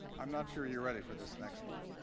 i'm not sure you're ready for this next one.